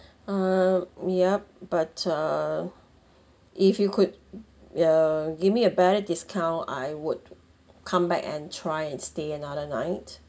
err we yup but uh if you could ya give me a better discount I would come back and try and stay another night